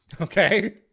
Okay